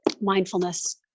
mindfulness